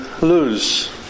lose